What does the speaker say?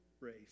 race